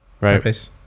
right